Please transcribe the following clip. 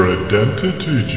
identity